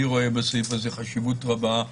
אני רואה בסעיף הזה חשיבות רבה.